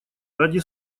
ради